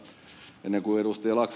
mutta ennen kuin ed